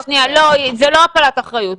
לא, זה לא הפעלת אחריות.